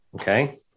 Okay